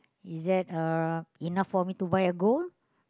is that uh enough for me to buy a gold